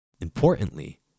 Importantly